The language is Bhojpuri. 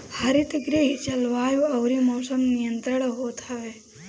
हरितगृह जलवायु अउरी मौसम नियंत्रित होत हवे